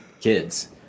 kids